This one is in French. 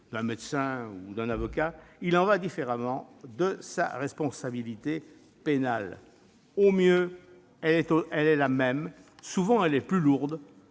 d'un médecin ou d'un avocat, il en va différemment de sa responsabilité pénale. Au mieux, elle est la même ; souvent, elle est plus lourde,